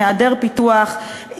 היעדר פיתוח,